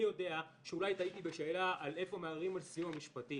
אני יודע שאולי טעיתי בשאלה איפה מערערים על סיוע משפטי,